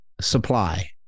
supply